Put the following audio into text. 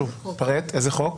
שוב, פרט איזה חוק.